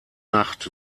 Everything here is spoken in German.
nacht